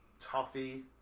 toffee